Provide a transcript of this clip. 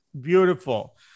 Beautiful